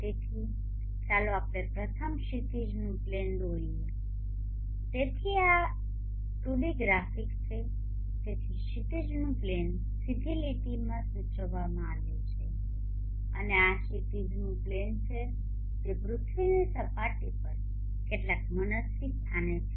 તેથી ચાલો આપણે પ્રથમ ક્ષિતિજનું પ્લેન દોરીએ તેથી આ 2D ગ્રાફિક્સ છે તેથી ક્ષિતિજનું પ્લેન સીધી લીટીમાં સૂચવવામાં આવ્યું છે અને આ ક્ષિતિજનું પ્લેન છે જે પૃથ્વીની સપાટી પર કેટલાક મનસ્વી સ્થાને છે